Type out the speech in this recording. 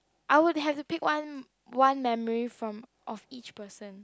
I will have to pick one one memory from of each person